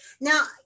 Now